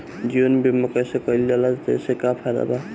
जीवन बीमा कैसे कईल जाला एसे का फायदा बा?